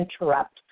interrupt